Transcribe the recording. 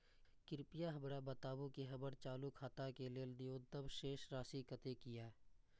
कृपया हमरा बताबू कि हमर चालू खाता के लेल न्यूनतम शेष राशि कतेक या